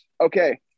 Okay